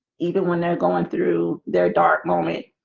even when they're going through their dark moment